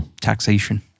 Taxation